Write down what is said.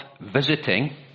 visiting